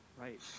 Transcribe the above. Right